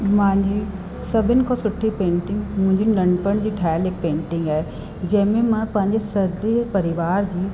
मुहिंजी सभिनि खां सुठी पेंटिंग मुंहिंजी नंढपिण जी ठहियल हिक पेंटिंग आहे जंहिंमें मां पंहिंजे सजे परिवार जी